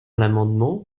l’amendement